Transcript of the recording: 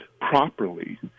properly